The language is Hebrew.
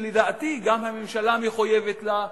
שלדעתי גם הממשלה מחויבת לה,